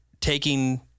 taking